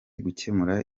gukemura